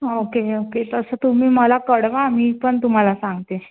okay okay तसं तुम्ही मला कळवा मी पण तुम्हाला सांगते